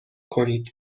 کنید